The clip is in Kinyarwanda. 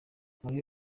kuri